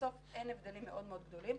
בסוף אין הבדלים מאוד גדולים,